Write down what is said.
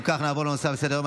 נעבור לנושא הבא בסדר-היום,